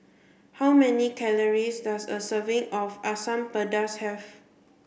how many calories does a serving of Asam Pedas have